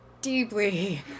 deeply